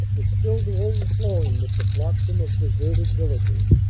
is filled to overflowing with the flot sam of deserted villages.